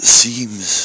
seems